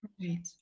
right